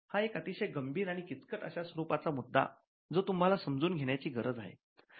हा एक अतिशय गंभीर आणि किचकट अशा स्वरूपाचा मुद्दा जो तुम्हाला समजून घेण्याची गरज आहे